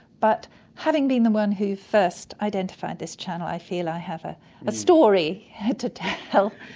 but having been the one who first identified this channel i feel i have a ah story to tell.